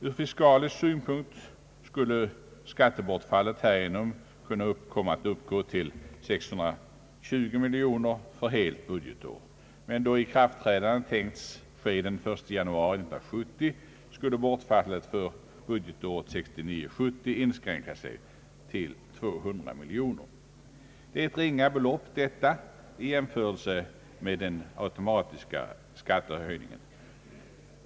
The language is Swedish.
Ur fiskalisk synpunkt skulle skattebortfallet enligt vårt förslag komma att uppgå till 620 miljoner för helt budgetår, men då ikratfträdandet tänkts ske först den 1 januari 1970, skulle bortfallet för budgetåret 1969/70 inskränka sig till 200 miljoner. Det är ett ringa belopp i jämförelse med den automatiska skattehöjningen.